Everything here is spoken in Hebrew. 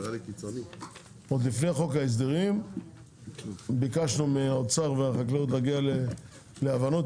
עוד לפני חוק ההסדרים ביקשנו מהאוצר והחקלאות להגיע להבנות,